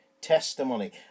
testimony